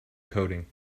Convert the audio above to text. coding